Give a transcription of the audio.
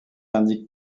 indique